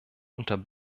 unter